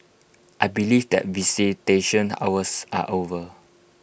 I believe that visitation hours are over